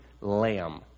Lamb